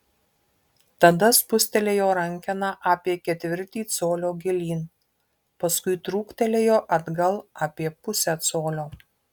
tada spustelėjo rankeną apie ketvirtį colio gilyn paskui trūktelėjo atgal apie pusę colio